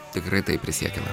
tikrai taip prisiekiame